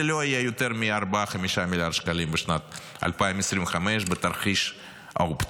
זה לא יהיה יותר מ-5-4 מיליארד שקלים בשנת 2025 בתרחיש האופטימי.